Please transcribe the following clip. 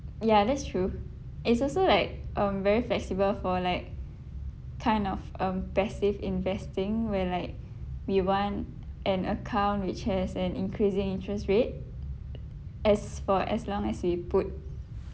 ya that's true it's also like um very flexible for like kind of um passive investing where like we want an account which has an increasing interest rate as for as long as we put